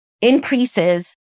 increases